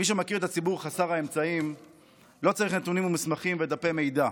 מי שמכיר את הציבור חסר האמצעים לא צריך נתונים ומסמכים ודפי מידע,